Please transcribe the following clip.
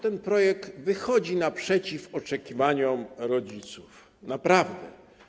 Ten projekt wychodzi naprzeciw oczekiwaniom rodziców, naprawdę.